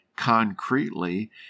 concretely